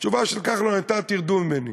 התשובה של כחלון הייתה: תרדו ממני,